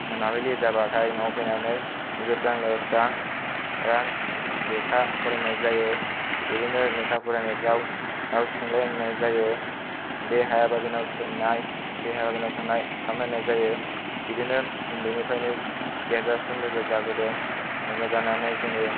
मोनाबिलि जाबाथाय न'आव फैनानै दुगैस्रां लोबस्रां आं लेखा फरायनाय जायो बिदिनो लेखा फरायनायफोराव गाव सोंलायलायनाय जायो बे हायाबा बेनाव सोंनाय बे हायाबा बेनाव सोंनाय खालामलायनाय जायो बिदिनो उन्दैनिफ्रायनो देरजासिम लोगो जाबोदों लोगो जानानै जोङो